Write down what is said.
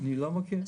אני לא מכיר.